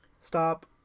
stop